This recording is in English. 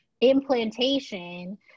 implantation